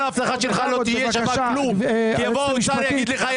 כל ההבטחה שלך לא תהיה שווה כלום כי יבוא השר יגיד לך,